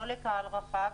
לא לקהל רחב,